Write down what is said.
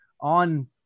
on